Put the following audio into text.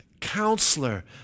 counselor